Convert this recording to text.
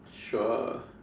sure